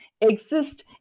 exist